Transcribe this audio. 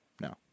No